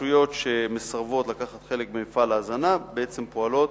רשויות שמסרבות לקחת חלק במפעל ההזנה בעצם פועלות